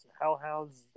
hellhounds